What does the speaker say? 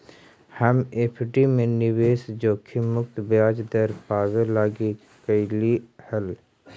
हम एफ.डी में निवेश जोखिम मुक्त ब्याज दर पाबे लागी कयलीअई हल